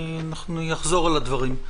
אני אחזור על הדברים.